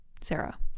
sarah